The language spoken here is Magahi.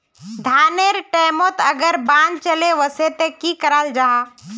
धानेर टैमोत अगर बान चले वसे ते की कराल जहा?